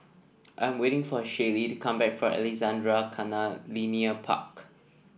I'm waiting for a Shaylee to come back from Alexandra Canal Linear Park